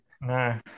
No